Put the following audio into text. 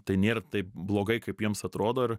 tai nėra taip blogai kaip jiems atrodo ir